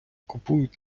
купують